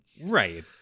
Right